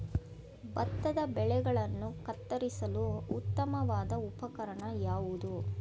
ಭತ್ತದ ಬೆಳೆಗಳನ್ನು ಕತ್ತರಿಸಲು ಉತ್ತಮವಾದ ಉಪಕರಣ ಯಾವುದು?